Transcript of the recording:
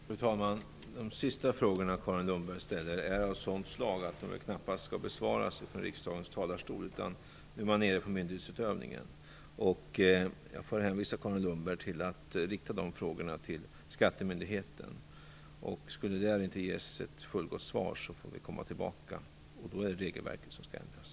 Fru talman! De sista frågorna Carin Lundberg ställer är av sådant slag att de knappast skall besvaras från riksdagens talarstol. Det handlar om myndighetsutövning. Jag får be Carin Lundberg att rikta de frågorna till skattemyndigheten. Skulle det där inte ges ett fullgott svar får vi komma tillbaka. Då skall regelverket ändras.